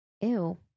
Ew